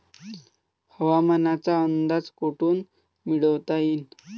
हवामानाचा अंदाज कोठून मिळवता येईन?